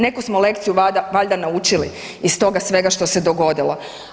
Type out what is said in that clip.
Neku smo lekciju valjda naučili iz toga svega što se dogodilo.